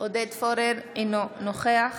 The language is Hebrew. אינו נוכח